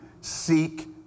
seek